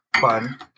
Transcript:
fun